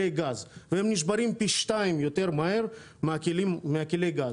הגז והם נשברים פי שתיים מהר יותר מכלי הגז,